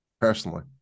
personally